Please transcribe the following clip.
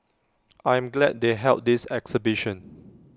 I'm glad they held this exhibition